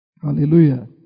Hallelujah